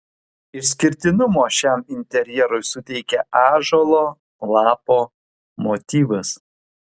išskirtinumo šiam interjerui suteikia ąžuolo lapo motyvas